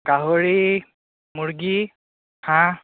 গাহৰি মুৰ্গী হাঁহ